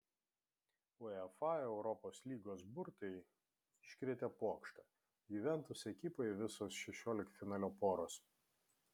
uefa europos lygos burtai iškrėtė pokštą juventus ekipai visos šešioliktfinalio poros